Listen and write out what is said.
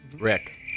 Rick